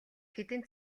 хэдэн